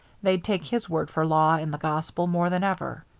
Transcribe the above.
they'd take his word for law and the gospel more than ever.